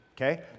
Okay